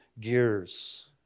gears